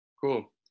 Cool